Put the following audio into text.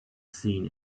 seen